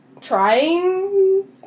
trying